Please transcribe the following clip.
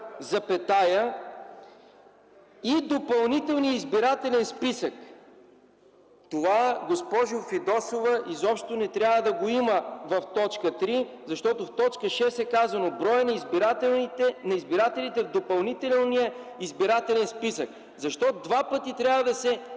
и допълнителния избирателен списък;”. Това, госпожо Фидосова, изобщо не трябва да го има в т. 3, защото в т. 6 е казано: „броят на избирателите в допълнителния избирателен списък;”. Защо два пъти трябва да се изписва?